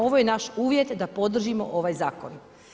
Ovo je naš uvjet da podržimo ovaj zakon.